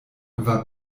war